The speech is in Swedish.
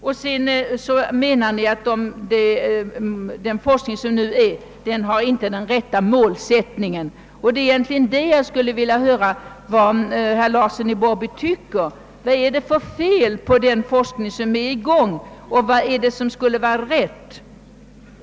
Ni menar tydligen att den forskning som nu pågår inte har den rätta målsättningen. Det är egentligen på den punkten jag skulle vilja höra vilken åsikt herr Larsson har. Vad är det för fel på den pågående forskningen och vad skulle vara rätt?